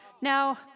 Now